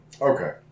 Okay